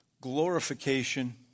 Glorification